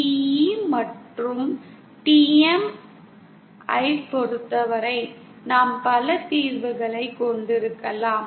TE மற்றும் TM ஐப் பொறுத்தவரை நாம் பல தீர்வுகளைக் கொண்டிருக்கலாம்